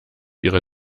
ihre